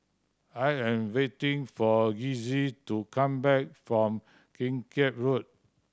I am waiting for Kizzy to come back from Kim Keat Road